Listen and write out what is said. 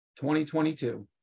2022